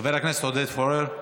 חבר הכנסת עודד פורר,